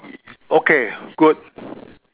okay good